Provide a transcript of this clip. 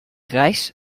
grijs